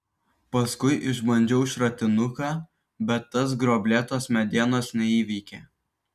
paskui išbandžiau šratinuką bet tas gruoblėtos medienos neįveikė